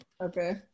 Okay